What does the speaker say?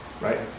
right